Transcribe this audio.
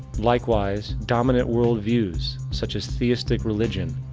likewise, dominant world views, such as theistic religion,